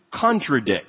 contradict